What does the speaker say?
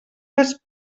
les